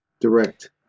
direct